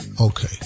Okay